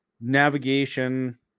navigation